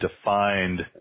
defined